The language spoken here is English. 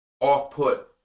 off-put